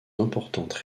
importantes